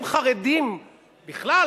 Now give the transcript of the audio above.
הם חרדים בכלל,